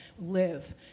live